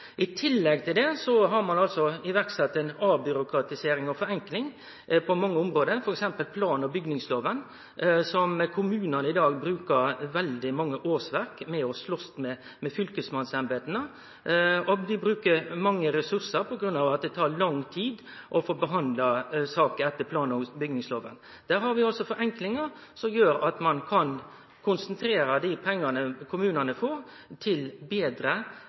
I tillegg til det har ein sett i verk ei avbyråkratisering og forenkling på mange område, til dømes når det gjeld plan- og bygningsloven, der kommunane i dag brukar veldig mange årsverk på å slåss med fylkesmannsembeta, og dei brukar mange ressursar på grunn av at det tar lang tid å få behandla saker etter plan- og bygningsloven. Der har vi altså forenklingar som gjer at ein kan konsentrere dei pengane kommunane får, til betre